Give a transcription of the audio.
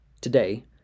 Today